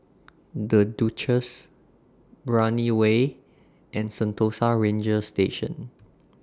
The Duchess Brani Way and Sentosa Ranger Station